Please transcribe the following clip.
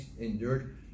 endured